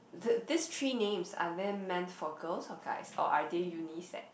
the this three names are they meant for girls or guys or are they unisex